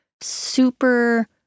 super